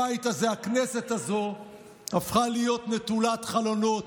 הבית הזה, הכנסת הזאת הפכה להיות נטולת חלונות,